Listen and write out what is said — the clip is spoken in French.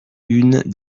une